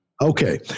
Okay